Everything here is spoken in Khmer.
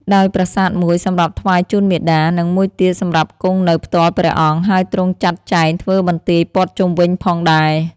ដោយប្រាសាទមួយសម្រាប់ថ្វាយជូនមេតា និងមួយទៀតសម្រាប់គង់នៅផ្ទាល់ព្រះអង្គ ហើយទ្រង់ចាត់ចែងធ្វើបន្ទាយព័ទ្ធជុំវិញផងដែរ។